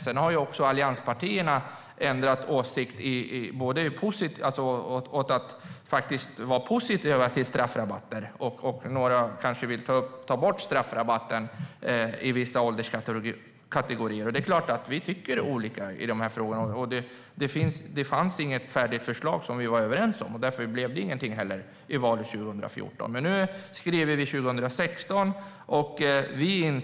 Sedan har allianspartierna ändrat åsikt till att vara positiva till straffrabatter. Några kanske vill ta bort straffrabatten i vissa ålderskategorier. Vi tycker olika i dessa frågor. Det fanns inget färdigt förslag som vi var överens om, och därför blev det ingenting i valet 2014. Men nu skriver vi 2016.